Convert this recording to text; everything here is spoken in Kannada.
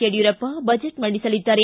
ಯಡಿಯೂರಪ್ಪ ಬಜೆಟ್ ಮಂಡಿಸಲಿದ್ದಾರೆ